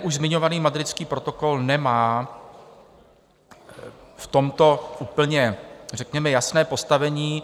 Už zmiňovaný Madridský protokol nemá v tomto úplně řekněme jasné postavení.